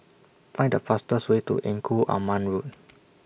Find The fastest Way to Engku Aman Road